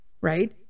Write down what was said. right